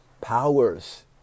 powers